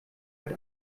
hat